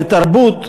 בתרבות,